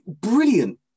brilliant